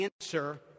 answer